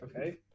Okay